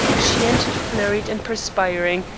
she entered flurried and perspiring,